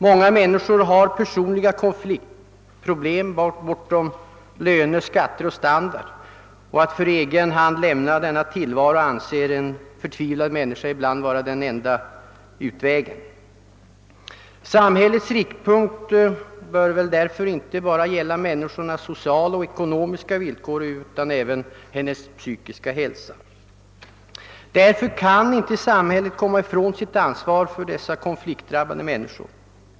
Många människor har personliga konfliktproblem långt bortom löner, skatter och standard, och en förtvivlad människa anser ibland den enda utvägen vara att för egen hand lämna denna tillvaro. Samhällets riktpunkt bör väl därför inte bara gälla människornas sociala och ekonomiska villkor utan även deras psykiska hälsa. Samhället kan inte komma ifrån sitt ansvar för dessa konfliktdrabbade människor.